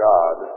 God